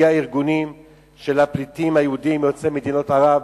נציגי הארגונים של הפליטים היהודים יוצאי מדינות ערב,